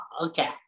Okay